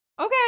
Okay